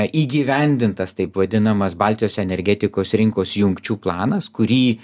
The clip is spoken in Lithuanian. įgyvendintas taip vadinamas baltijos energetikos rinkos jungčių planas kurį